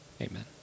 Amen